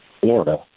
Florida